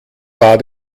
war